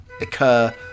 occur